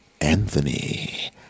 Anthony